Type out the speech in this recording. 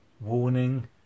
warning